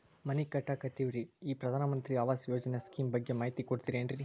ಮನಿ ಕಟ್ಟಕತೇವಿ ರಿ ಈ ಪ್ರಧಾನ ಮಂತ್ರಿ ಆವಾಸ್ ಯೋಜನೆ ಸ್ಕೇಮ್ ಬಗ್ಗೆ ಮಾಹಿತಿ ಕೊಡ್ತೇರೆನ್ರಿ?